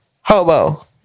Hobo